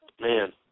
man